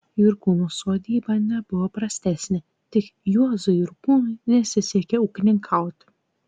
jurkūnų sodyba nebuvo prastesnė tik juozui jurkūnui nesisekė ūkininkauti